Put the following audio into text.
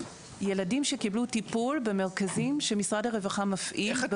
ילדים שקיבלו טיפול במרכזים שמשרד הרווחה מפעיל בכל הארץ.